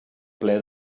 ple